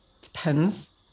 Depends